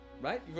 right